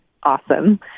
awesome